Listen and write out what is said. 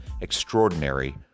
extraordinary